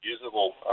usable